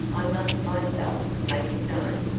i must myself make it known,